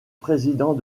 président